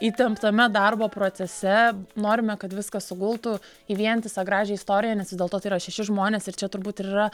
įtemptame darbo procese norime kad viskas sugultų į vientisą gražią istoriją nes vis dėlto tai yra šeši žmonės ir čia turbūt ir yra